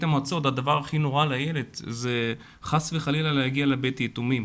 המועצות הדבר הכי נורא לילד זה חס וחלילה להגיע לבית יתומים,